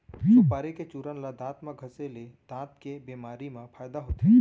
सुपारी के चूरन ल दांत म घँसे ले दांत के बेमारी म फायदा होथे